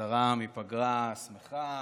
חזרה מפגרה שמחה.